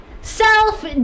Self